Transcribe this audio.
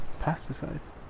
Pesticides